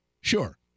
sure